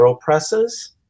presses